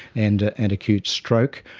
and ah and acute stroke?